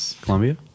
Columbia